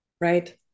Right